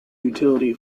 utility